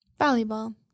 Volleyball